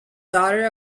daughter